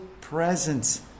presence